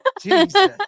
Jesus